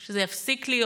שזה יפסיק להיות